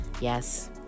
Yes